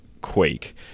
quake